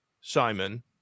Simon